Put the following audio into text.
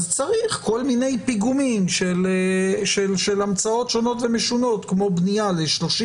אז צריך כל מיני פיגומים של המצאות שונות ומשונות כמו בנייה ל-30